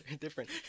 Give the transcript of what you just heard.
Different